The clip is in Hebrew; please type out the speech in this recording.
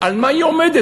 על מה היא עומדת?